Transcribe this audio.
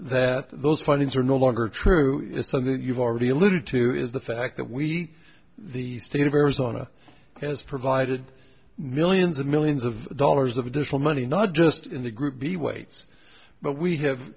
that those findings are no longer true is something that you've already alluded to is the fact that we the state of arizona has provided millions and millions of dollars of additional money not just in the group the weights but we have